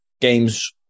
games